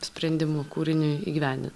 sprendimų kūriniui įgyvendin